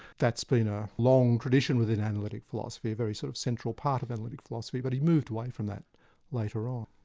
that's been a long tradition within analytic philosophy, a very sort of central part of analytic philosophy, but he moved away from that later on.